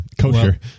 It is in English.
Kosher